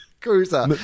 Cruiser